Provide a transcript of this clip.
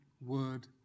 word